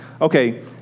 okay